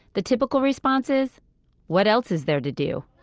the typical response is what else is there to do?